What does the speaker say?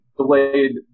delayed